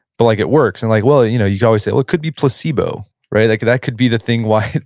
but like it works. and like, well, you know you could always say, well, it could be placebo. right? like that could be the thing why,